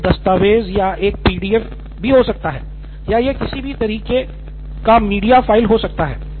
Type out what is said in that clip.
यह एक दस्तावेज़ या एक पीडीएफ भी हो सकता है या यह किसी भी तरह की मीडिया फ़ाइल हो सकती है